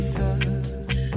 touch